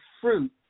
fruit